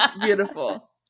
beautiful